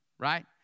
Right